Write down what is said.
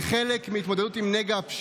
חבר הכנסת אוהד טל מקריא מהמקום,